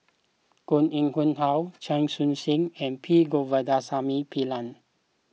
Koh Nguang How Chia Choo Suan and P Govindasamy Pillai